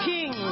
King